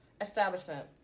Establishment